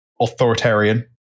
authoritarian